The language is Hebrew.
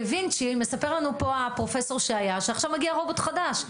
דה וינצ'י מספר לנו פה הפרופסור שהיה שעכשיו מגיע רובוט חדש.